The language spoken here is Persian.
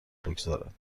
بگذارد